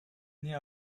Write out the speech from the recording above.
née